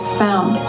found